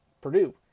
Purdue